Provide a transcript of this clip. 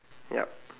ya